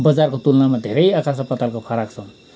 बजारको तुलनामा धेरै आकाश र पातलको फरक छ